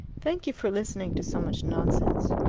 thank you for listening to so much nonsense.